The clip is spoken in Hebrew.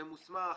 כשהכול ממוסמך,